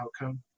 outcome